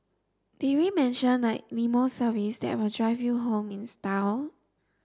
did we mention the limo service that will drive you home in style